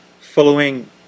following